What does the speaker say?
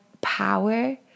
power